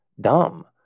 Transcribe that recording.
dumb